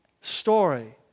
story